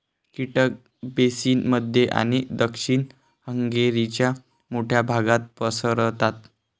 कीटक बेसिन मध्य आणि दक्षिण हंगेरीच्या मोठ्या भागात पसरतात